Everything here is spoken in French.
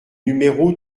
numéro